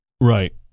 Right